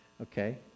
Okay